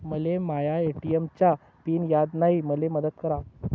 मले माया ए.टी.एम चा पिन याद नायी, मले मदत करा